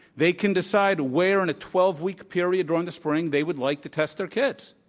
they can decide where in a twelve week period during the spring they would like to test their kids.